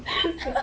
ya sia